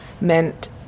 meant